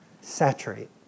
saturate